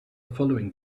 following